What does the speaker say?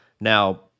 Now